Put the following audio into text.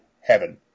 heaven